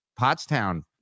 Pottstown